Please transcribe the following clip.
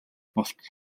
болтол